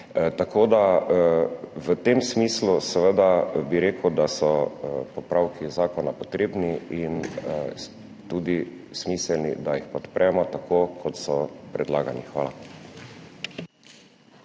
naprej. V tem smislu bi seveda rekel, da so popravki zakona potrebni in je tudi smiselno, da jih podpremo tako, kot so predlagani. Hvala.